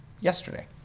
yesterday